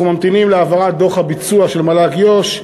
אנחנו ממתינים להעברת דוח הביצוע של מל"ג יו"ש,